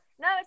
No